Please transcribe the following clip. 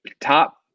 top